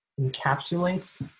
encapsulates